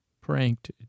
Pranked